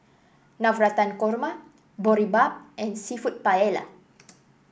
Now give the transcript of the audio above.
Navratan Korma Boribap and seafood Paella